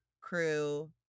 crew